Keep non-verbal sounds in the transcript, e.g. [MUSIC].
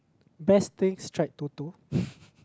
best thing strike Toto [BREATH]